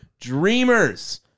Dreamers